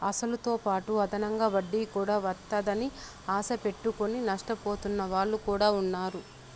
అసలుతోపాటు అదనంగా వడ్డీ కూడా వత్తాదని ఆశ పెట్టుకుని నష్టపోతున్న వాళ్ళు కూడా ఉన్నారు